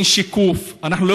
עם שיקוף,